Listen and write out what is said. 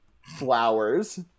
flowers